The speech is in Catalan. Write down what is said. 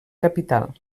capital